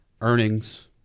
Earnings